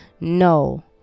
No